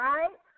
Right